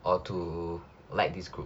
or to like this group